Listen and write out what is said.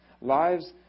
Lives